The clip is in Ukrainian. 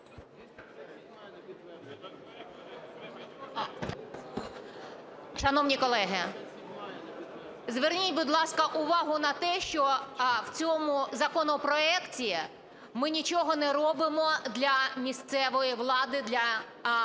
Шановні колеги, зверніть, будь ласка, увагу на те, що в цьому законопроекті ми нічого не робимо для місцевої влади, для наших громад.